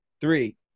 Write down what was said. three